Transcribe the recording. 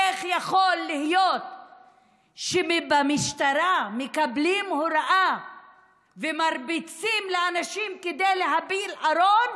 איך יכול להיות שבמשטרה מקבלים הוראה ומרביצים לאנשים כדי להפיל ארון,